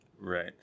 Right